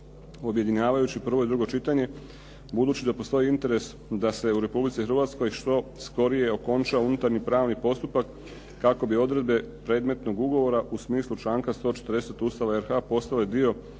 objedinjavajući prvo i drugo čitanje budući da postoji interes da se u Republici Hrvatskoj što skorije okonča unutarnji pravni postupak kako bi odredbe predmetnog ugovora u smislu članka 140. Ustava RH postali dio